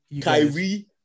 Kyrie